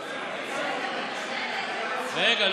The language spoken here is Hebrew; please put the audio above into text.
רגע.